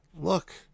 Look